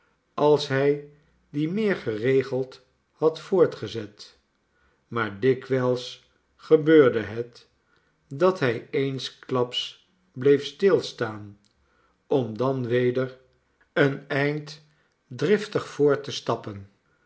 als hij dien meer geregeld had voortgezet maar dikwijls gebeurde het dat hij eensklaps bleef stilstaan om dan weder een eind driftig voort te stappen